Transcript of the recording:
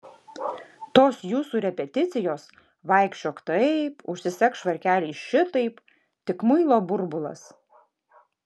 tos jūsų repeticijos vaikščiok taip užsisek švarkelį šitaip tik muilo burbulas